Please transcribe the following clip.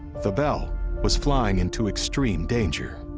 the belle was flying into extreme danger.